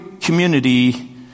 community